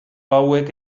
hauek